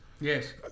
Yes